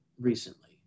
recently